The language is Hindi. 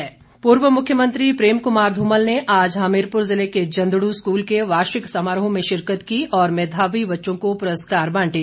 धुमल पूर्व मुख्यमंत्री प्रेम कुमार धूमल ने आज हमीरपुर जिले के जंदडू स्कूल के वार्षिक समारोह में शिरकत की और मेघावी बच्चों को पुरस्कार बांटे